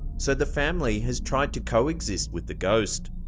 so the family has tried to coexist with the ghost.